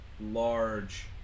large